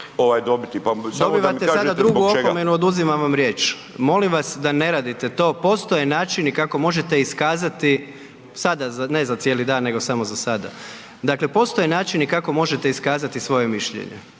Dobivate sada drugu opomenu, oduzimam vam riječ. Molim vas da ne radite to, postoje načini kako možete iskazati, sada, ne